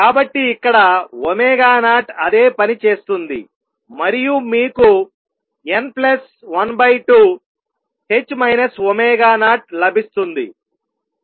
కాబట్టి ఇక్కడ 0 అదే పని చేస్తుంది మరియు మీకు n12 0 లభిస్తుంది